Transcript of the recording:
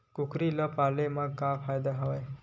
कुकरी ल पाले म का फ़ायदा हवय?